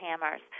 hammers